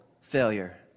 failure